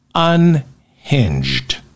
unhinged